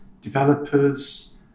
developers